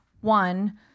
one